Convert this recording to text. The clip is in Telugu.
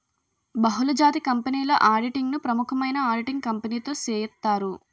బహుళజాతి కంపెనీల ఆడిటింగ్ ను ప్రముఖమైన ఆడిటింగ్ కంపెనీతో సేయిత్తారు